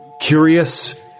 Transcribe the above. curious